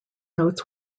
notes